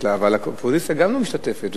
אבל גם האופוזיציה לא משתתפת.